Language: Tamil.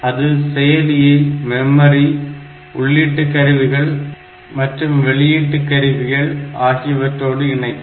அது செயலியை மெமரி உள்ளீட்டு கருவிகள் மற்றும் வெளியீடு கருவிகள் ஆகியவற்றோடு இணைக்கும்